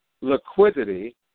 Liquidity